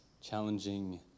challenging